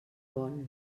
vol